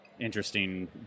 interesting